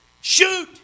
Shoot